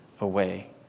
away